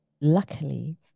luckily